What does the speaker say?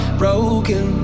broken